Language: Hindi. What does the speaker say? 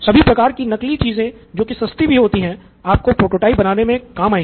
सभी प्रकार की नकली चीजें जो की सस्ती भी होती है आपको प्रोटोटाइप बनाने में काम में आएँगी